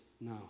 No